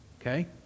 Okay